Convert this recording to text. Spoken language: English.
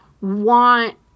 want